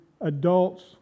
adults